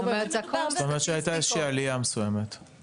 זאת אומרת שהייתה שם עלייה מסוימת?